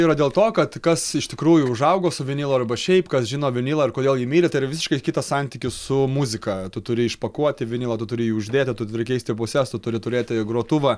yra dėl to kad kas iš tikrųjų užaugo su vinilu arba šiaip kas žino vinilą ir kodėl jį myli tai yra visiškai kitas santykis su muzika tu turi išpakuoti vinilą tu turi jį uždėti tu tu turi keist jo puses tu turi turėti grotuvą